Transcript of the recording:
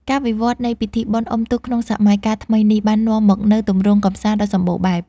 ការវិវត្តនៃពិធីបុណ្យអុំទូកក្នុងសម័យកាលថ្មីនេះ បាននាំមកនូវទម្រង់កម្សាន្តដ៏សម្បូរបែប។